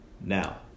Now